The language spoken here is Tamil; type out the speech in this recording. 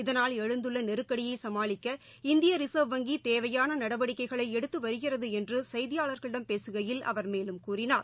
இதனால் எழுந்துள்ள நெருக்கடியை சமாளிக்க இந்திய ரிச்வ் வங்கி தேவையான நடவடிக்கைகளை எடுத்து வருகிறது என்று செய்தியாளர்களிடம் பேசுகையில் அவர் மேலும் கூறினார்